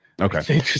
Okay